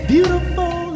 Beautiful